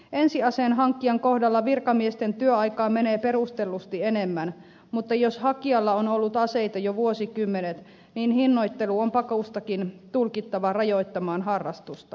ensiaseen hankkijan kohdalla virkamiesten työaikaa menee perustellusti enemmän mutta jos hakijalla on ollut aseita jo vuosikymmenet niin hinnoittelu on pakostakin tulkittava rajoittamaan harrastusta